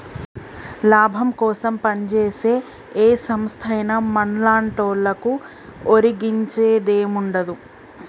లాభాలకోసం పంజేసే ఏ సంస్థైనా మన్లాంటోళ్లకు ఒరిగించేదేముండదు